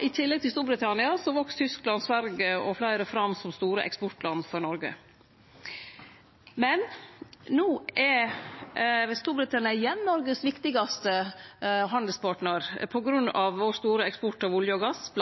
I tillegg til Storbritannia voks Tyskland, Sverige og fleire andre fram som store eksportland for Noreg. No er Storbritannia igjen Noregs viktigaste handelspartnar – m.a. på grunn av den store eksporten vår av olje og gass –